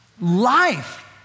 Life